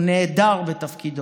הוא נהדר בתפקידו,